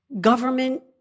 government